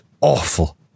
awful